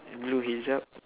blue hijab